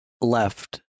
left